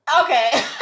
Okay